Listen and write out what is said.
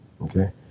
Okay